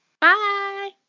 Bye